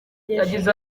yagize